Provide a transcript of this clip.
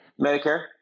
Medicare